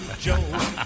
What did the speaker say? Joe